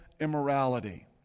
immorality